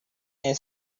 and